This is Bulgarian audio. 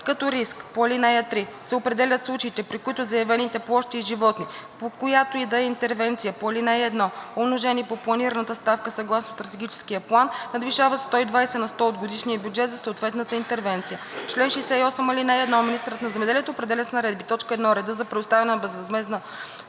(4) Като риск по ал. 3 се определят случаите, при които заявените площи и животни по която и да е интервенция по ал. 1, умножени по планираната ставка съгласно Стратегическия план, надвишават 120 на сто от годишния бюджет за съответната интервенция. Чл. 68. (1) Министърът на земеделието определя с наредби: 1. реда за предоставяне на безвъзмездна